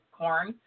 corn